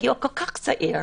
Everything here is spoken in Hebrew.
בגיל כל כך צעיר,